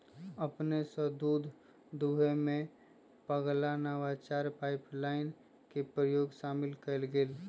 अपने स दूध दूहेमें पगला नवाचार पाइपलाइन के प्रयोग शामिल कएल गेल